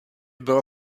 byla